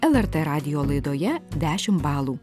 lrt radijo laidoje dešimt balų